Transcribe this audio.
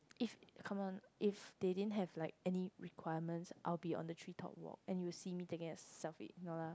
if come on if they didn't have like any requirements I'll be on the treetop walk and you will see me taking a selfie no la